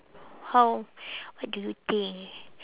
how what do you think